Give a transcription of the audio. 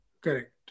Correct